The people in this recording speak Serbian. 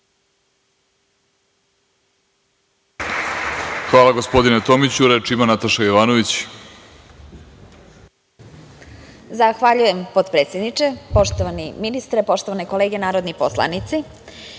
Hvala, gospodine Tomiću. Reč ima Nataša Jovanović.